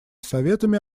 советами